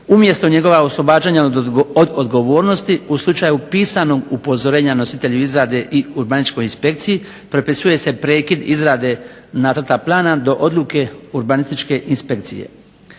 umjesto njegova oslobađanja od odgovornosti u slučaju pisanog upozorenja nositelju izrade i urbanističkoj inspekciji propisuje se prekid izrade nacrta plana do odluke urbanističke inspekcije.